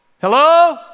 Hello